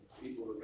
people